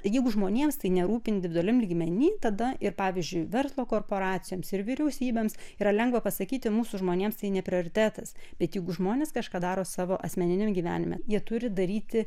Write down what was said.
jeigu žmonėms tai nerūpi individualiam lygmeny tada ir pavyzdžiui verslo korporacijoms ir vyriausybėms yra lengva pasakyti mūsų žmonėms tai ne prioritetas bet juk žmonės kažką daro savo asmeniniam gyvenime jie turi daryti